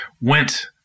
went